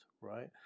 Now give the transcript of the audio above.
right